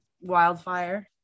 Wildfire